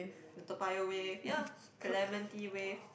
the Toa-Payoh wave ya clementi Wave